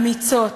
אמיצות,